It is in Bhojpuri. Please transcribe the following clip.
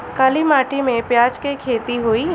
काली माटी में प्याज के खेती होई?